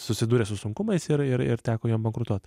susidūrė su sunkumais ir ir ir teko jiem bankrutuot